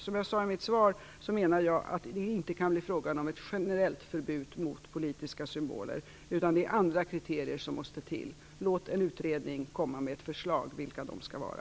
Som jag sade i mitt svar menar jag att det inte kan bli frågan om ett generellt förbud mot politiska symboler. Det är andra kriterier som måste till. Låt en utredning komma med ett förslag om vilka de skall vara!